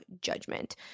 judgment